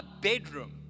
bedroom